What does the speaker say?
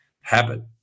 habit